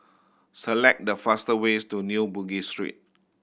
select the fast ways to New Bugis Street